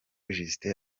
justin